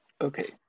okay